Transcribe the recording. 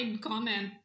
comment